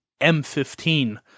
M15